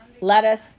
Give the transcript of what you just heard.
lettuce